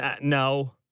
no